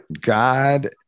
god